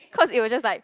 cause it was just like